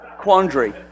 quandary